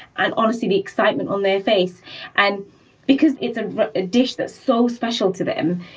and honestly the excitement on their face and because it's a ah dish that's so special to them,